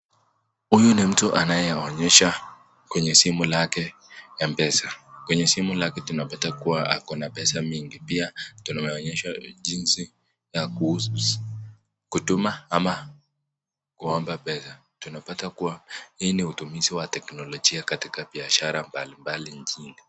Huyu ni mtu anayeonyesha kwenye simu lake M-Pesa. Kwenye simu lake tunapata kuwa ako na pesa mingi. Pia tunaonyeshwa jinsi ya kutuma ama kuomba pesa. Tunapata kuwa hii ni utumizi wa teknolojia katika biashara mbalimbali nchini.